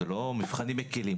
זה לא מבחנים מקלים.